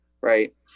right